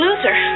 Loser